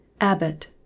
Abbott